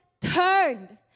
turned